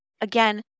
again